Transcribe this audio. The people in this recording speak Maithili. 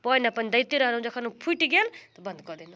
पानि अपन दैते रहलहुँ जखन ओ फुटि गेल तऽ बन्द कऽ देलहुँ